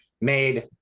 made